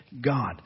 God